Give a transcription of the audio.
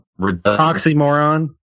Oxymoron